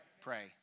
Pray